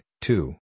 two